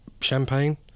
Champagne